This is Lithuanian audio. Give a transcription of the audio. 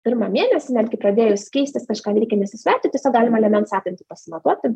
pirmą mėnesį netgi pradėjus keistis kažkam reikia nesisverti tiesiog galima liemens apimtį pasimatuoti